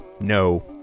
No